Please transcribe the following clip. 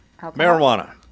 Marijuana